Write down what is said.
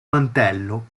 mantello